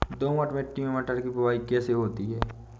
दोमट मिट्टी में मटर की बुवाई कैसे होती है?